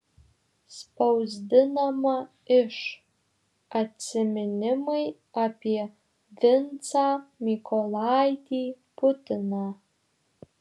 spausdinama iš atsiminimai apie vincą mykolaitį putiną